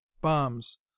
Bombs